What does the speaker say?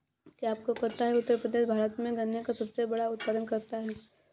क्या आपको पता है उत्तर प्रदेश भारत में गन्ने का सबसे ज़्यादा उत्पादन करता है?